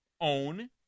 own